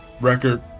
record